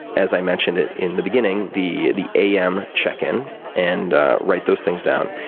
as i mentioned in the beginning, the the a m. check-in and write those things down,